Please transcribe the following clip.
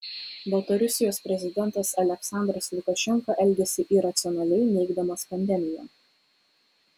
baltarusijos prezidentas aliaksandras lukašenka elgiasi iracionaliai neigdamas pandemiją